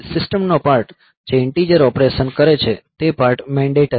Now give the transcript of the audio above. સિસ્ટમનો પાર્ટ જે integer operation કરે છે તે પાર્ટ મેંડેટરી છે